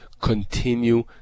continue